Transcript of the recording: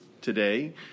today